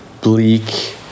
bleak